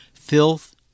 Filth